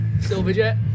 Silverjet